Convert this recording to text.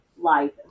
life